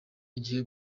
igihe